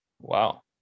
Wow